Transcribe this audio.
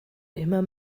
immer